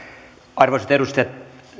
arvoisat edustajat